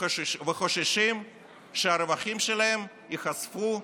וחוששים שהרווחים שלהם ייחשפו,